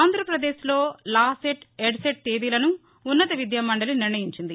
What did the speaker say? ఆంధ్రప్రదేశ్ లో లాసెట్ ఎడ్సెట్ తేదీలను ఉన్నత విద్యామండలి నిర్ణయించింది